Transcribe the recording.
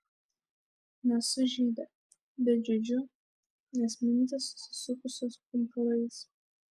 nesu žydė bet žydžiu nes mintys susisukusios pumpurais